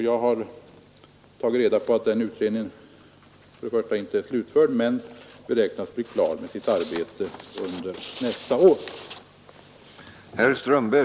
Jag har tagit reda på att den utredningen ännu inte slutfört sitt arbete men att den beräknar bli klar under nästa år.